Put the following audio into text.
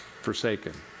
forsaken